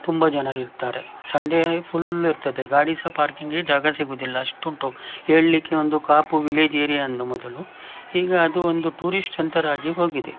ತುಂಬ ಜನರು ಇರ್ತಾರೆ ಸಂಡೇ ಫುಲ್ ಇರ್ತದೆ ಗಾಡಿ ಸಹ ಪಾರ್ಕಿಂಗಿಗೆ ಜಾಗ ಸಿಗೋದಿಲ್ಲ ಅಷ್ಟು ಉಂಟು ಹೇಳಲಿಕ್ಕೆ ಒಂದು ಕಾಪು ವಿಲೇಜ್ ಏರಿಯಾ ಅಂದು ಮೊದಲು ಈಗ ಅದು ಒಂದು ಟೂರಿಸ್ಟ್ ಸೆಂಟರ್ ಆಗಿ ಹೋಗಿದೆ